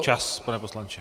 Čas, pane poslanče.